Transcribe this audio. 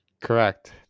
Correct